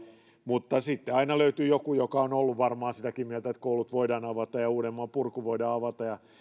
mutta aina löytyy joku joka on ollut varmaan sitäkin mieltä että koulut voidaan avata ja uudenmaan purku voidaan avata ja